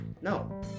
no